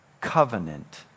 covenant